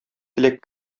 теләк